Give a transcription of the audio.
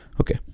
Okay